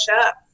up